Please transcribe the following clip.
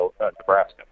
nebraska